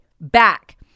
back